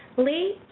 lee?